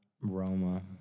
Roma